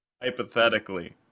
hypothetically